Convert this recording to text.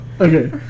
Okay